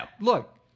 Look